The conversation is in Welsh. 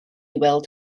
weld